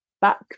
back